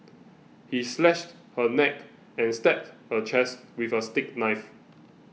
he slashed her neck and stabbed her chest with a steak knife